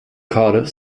cardiff